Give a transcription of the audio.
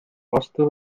vastu